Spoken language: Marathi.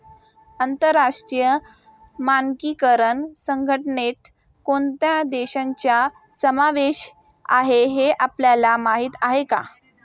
आंतरराष्ट्रीय मानकीकरण संघटनेत कोणत्या देशांचा समावेश आहे हे आपल्याला माहीत आहे का?